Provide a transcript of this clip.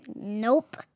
Nope